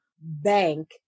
bank